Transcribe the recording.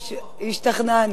השתכנענו.